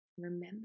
Remember